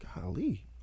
Golly